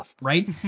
right